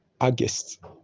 august